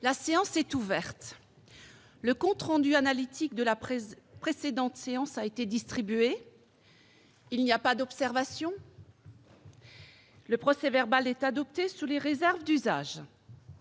La séance est ouverte.. Le compte rendu analytique de la précédente séance a été distribué. Il n'y a pas d'observation ?... Le procès-verbal est adopté sous les réserves d'usage.